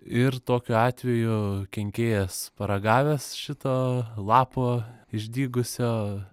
ir tokiu atveju kenkėjas paragavęs šito lapo išdygusio